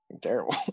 terrible